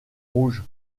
rouge